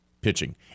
pitching